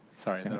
sorry.